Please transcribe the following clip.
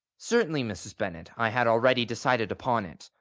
certainly, mrs. bennet. i had already decided upon it.